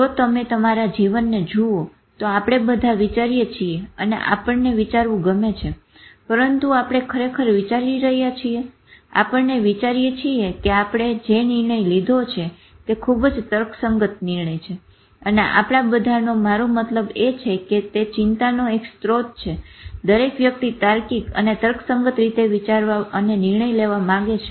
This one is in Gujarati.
જો તમે તમારા જીવનને જુઓ તો આપણે બધા વિચારીએ છીએ અને આપણને વિચારવું ગમે છે પરંતુ આપણે ખરેખર વિચારી રહ્યા છીએ આપણને વિચારીએ છીએ કે આપણે જે નિર્ણય લીધો છે તે ખુબ જ તર્કસંગત નિર્ણય છે અને આપણા બધાનો મારો મતલબ એ છે કે તે ચિંતાનો એક સ્ત્રોત છે દરેક વ્યક્તિ તાર્કિક અને તર્કસંગત રીતે વિચારવા અને નિર્ણયો લેવા માંગે છે